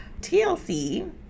TLC